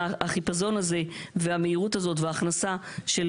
שהחיפזון הזה והמהירות הזאת וההכנסה של